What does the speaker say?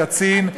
הקצין,